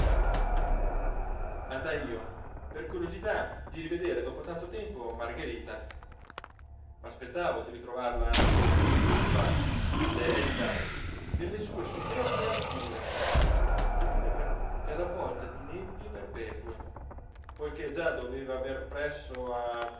andai io per curiosità di rivedere dopo tanto tempo margherita m'aspettavo di ritrovarla cupa gelida nelle sue superne alture funebre e ravvolta di nebbie perpetue poiché già doveva aver presso a